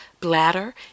bladder